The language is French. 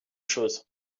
choses